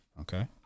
Okay